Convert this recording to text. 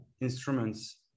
instruments